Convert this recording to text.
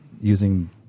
using